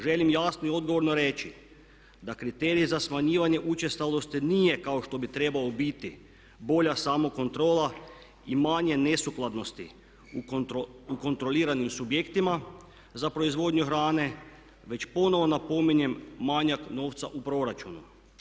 Želim jasno i odgovorno reći da kriterij za smanjivanje učestalosti nije kao što bi trebao biti bolja samokontrola i manje nesukladnosti u nekontroliranim subjektima za proizvodnju hrane već ponovno napominjem manjak novca u proračunu.